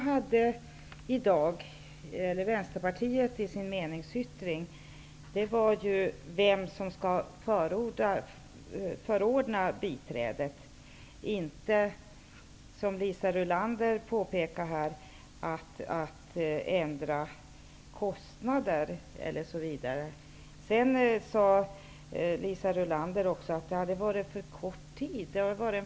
Herr talman! Det som Vänsterpartiet tar upp i sin meningsyttring är vem som skall förordna biträdet. Det är alltså inte fråga om, vilket Liisa Rulander påpekade, att ändra kostnader osv. Sedan sade Liisa Rulander också att det hade gått för kort tid.